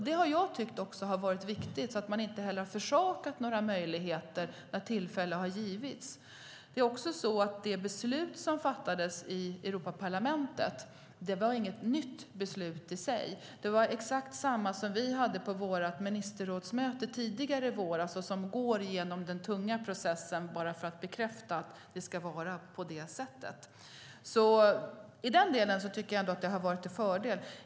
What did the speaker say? Det har jag tyckt har varit viktigt och att man inte har försakat några möjligheter när tillfälle har givits. Det beslut som fattades i Europaparlamentet var inget nytt beslut. Det var exakt samma som vi hade på vårt ministerrådsmöte tidigare i våras och som går igenom den tunga processen bara för att bekräfta att det ska vara på det sättet. I den delen tycker jag ändå att det har varit till fördel.